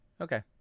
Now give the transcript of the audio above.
Okay